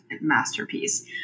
masterpiece